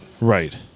Right